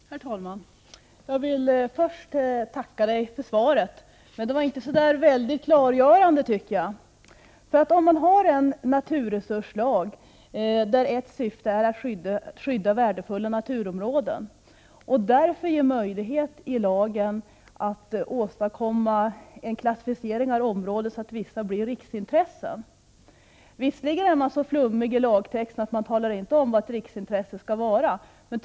Herr talman! Jag vill först tacka kommunikationsministern för svaret, men det var inte ett särskilt klargörande svar. Ett syfte bakom naturresurslagen är att skydda värdefulla naturområden. Därför ges i lagen möjligheter att åstadkomma en klassificering av områden så att vissa blir av riksintresse. Man är visserligen så flummig i lagtexten att man inte talar om vad riksintressen är för något.